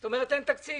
זאת אומרת אין תקציב.